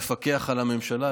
מפקח על הממשלה,